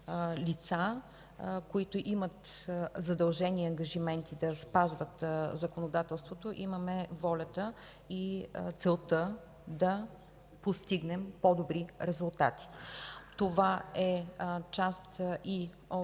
лица, които имат задължение и ангажименти да спазват законодателство, имаме волята и целта да постигнем по-добри резултати. Това е част и от